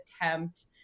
attempt